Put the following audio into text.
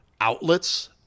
outlets